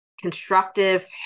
constructive